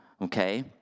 Okay